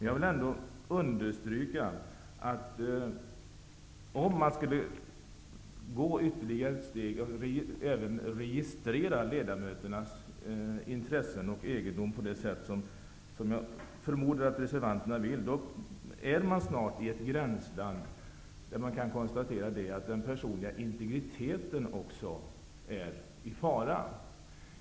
Jag vill ändå understryka att man, om man skulle gå ytterligare ett steg och även registrera ledamöternas intressen och egendom på det sätt som jag förmodar att reservatnerna vill, snart är i ett gränsland där den personliga integriteten är i fara.